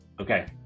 Okay